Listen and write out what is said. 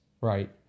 Right